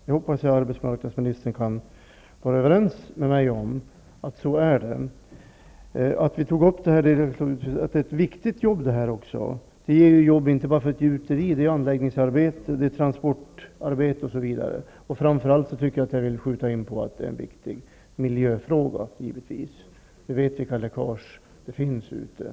Jag hoppas nu att arbetsmarknadsministern kan vara överens med mig om att det är så. Vi pekade också på att det gäller en viktig verksamhet. Den ger inte bara jobb för ett gjuteri utan också anläggningsarbete, transportarbete osv. Framför allt vill jag framhålla att det är en viktig miljöfråga. Det är bekant vilka läckage som förekommer.